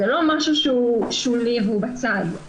זה לא משהו שהוא שולי והוא בצד.